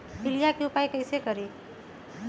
पीलिया के उपाय कई से करी?